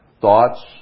thoughts